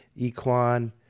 Equan